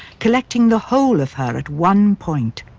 collecting the whole of her at one point,